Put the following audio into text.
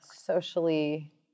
socially